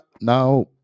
now